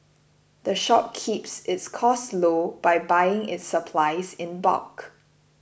the shop keeps its costs low by buying its supplies in bulk